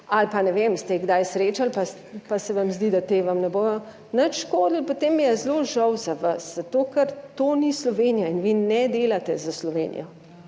ali pa, ne vem, ste jih kdaj srečali, pa se vam zdi, da te vam ne bodo nič škodilo, potem mi je zelo žal za vas, zato ker to ni Slovenija in vi ne delate za Slovenijo,